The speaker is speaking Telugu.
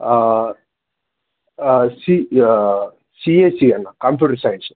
సి సిఎసి అన్న కంప్యూటర్ సైన్స్